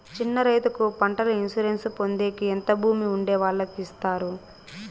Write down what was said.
చిన్న రైతుకు పంటల ఇన్సూరెన్సు పొందేకి ఎంత భూమి ఉండే వాళ్ళకి ఇస్తారు?